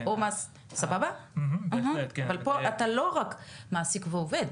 אבל פה אתה לא רק מעסיק ועובד.